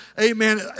amen